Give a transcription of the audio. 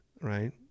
right